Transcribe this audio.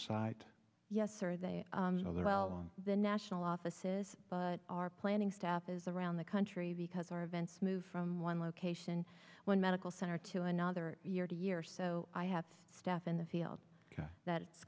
shot yes sir they are well on the national offices but our planning staff is around the country because our events move from one location one medical center to another year to year so i have staff in the field that i